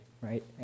right